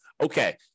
okay